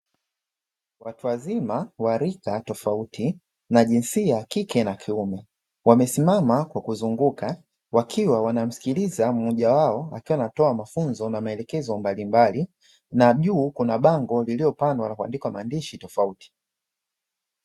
Watu wazima wa rika tofauti na jinsia ya kike na ya kiume, wamesimama kwa kuzunguka wakiwa wanamsikiliza mmoja wao akiwa anatoa mafunzo na maelekezo mbalimbali na juu kuna bango lililopangwa na kuandikwa maandishi tofauti.